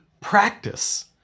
practice